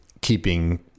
keeping